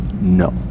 No